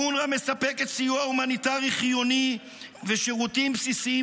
אונר"א מספקת סיוע הומניטרי חיוני ושירותים בסיסיים